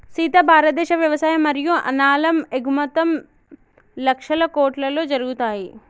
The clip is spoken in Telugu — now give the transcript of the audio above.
సీత భారతదేశ వ్యవసాయ మరియు అనాలం ఎగుమతుం లక్షల కోట్లలో జరుగుతాయి